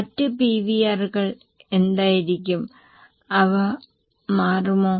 മറ്റ് PVR കൾ എന്തായിരിക്കും അവ മാറുമോ